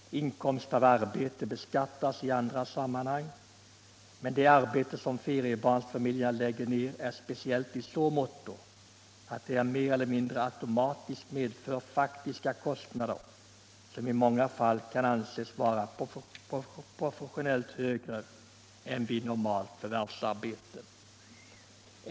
Inkomst av arbete beskattas i andra sammanhang. Men det arbete som feriebarnsfamiljer lägger ner är speciellt i så måtto att det mer eller mindre automatiskt medför faktiska kostnader, som i många fall kan anses vara proportionellt högre än vid normalt förvärvsarbete.